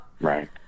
right